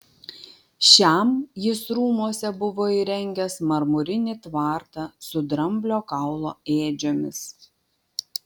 šiam jis rūmuose buvo įrengęs marmurinį tvartą su dramblio kaulo ėdžiomis